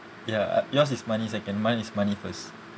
ya uh yours is money second mine is money first